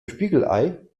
spiegelei